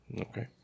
Okay